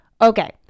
Okay